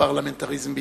לפרלמנטריזם בישראל.